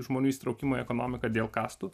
žmonių įsitraukimą į ekonomiką dėl kastų